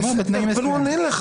הוא עונה לך.